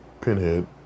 Pinhead